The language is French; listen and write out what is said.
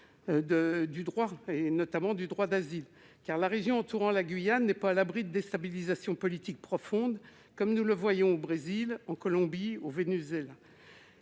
va à l'encontre du droit d'asile. Or la région entourant la Guyane n'est pas à l'abri de déstabilisations politiques profondes, comme nous le voyons au Brésil, en Colombie et au Venezuela.